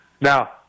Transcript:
Now